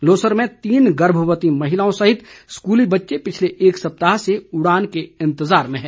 लोसर में तीन गर्भवती महिलाओं सहित स्कूली बच्चे पिछले एक सप्ताह से उड़ान के इंतज़ार में हैं